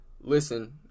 listen